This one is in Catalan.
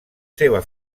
seva